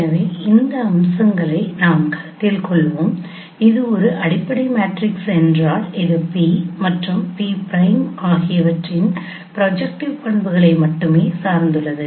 எனவே இந்த அம்சங்களை நாம் கருத்தில் கொள்வோம் அது ஒரு அடிப்படை மேட்ரிக்ஸ் என்றால் அது P மற்றும் P' ஆகியவற்றின் ப்ரொஜெக்ட்டிவ் பண்புகளை மட்டுமே சார்ந்துள்ளது